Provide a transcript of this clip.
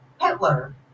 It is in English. Hitler